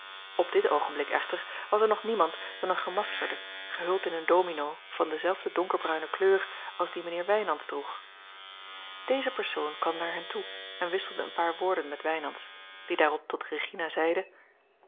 op dit oogenblik echter was er nog niemand dan een gemasa l g bosboom-toussaint langs een omweg kerde gehuld in een domino van dezelfde donkerbruine kleur als dien mijnheer wijnands droeg deze persoon kwam naar hen toe en wisselde een paar woorden met wijnands die daarop tot regina zeide